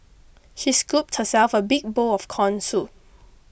she scooped herself a big bowl of Corn Soup